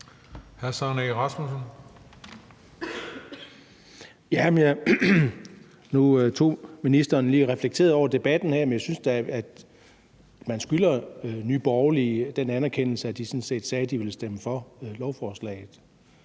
19:11 Søren Egge Rasmussen (EL): Nu reflekterede ministeren lige over debatten her, men jeg synes da, at man skylder Nye Borgerlige den anerkendelse, at de sådan set sagde, at de vil stemme for lovforslaget.